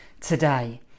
today